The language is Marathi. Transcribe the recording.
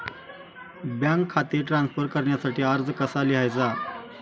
बँक खाते ट्रान्स्फर करण्यासाठी अर्ज कसा लिहायचा?